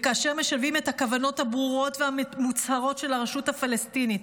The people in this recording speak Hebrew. וכאשר משלבים את הכוונות הברורות והמוצהרות של הרשות הפלסטינית